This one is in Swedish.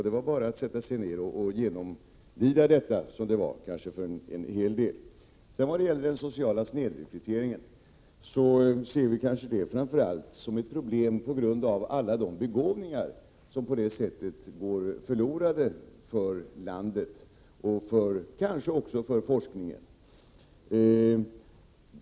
Det var bara att sätta sig ned och genomlida detta — som det kanske innebar för en hel del. Den sociala snedrekryteringen ser vi kanske framför allt som ett problem på grund av alla de begåvningar som på det sättet går förlorade för landet, och kanske också för forskningen.